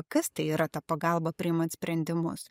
kas tai yra ta pagalba priimant sprendimus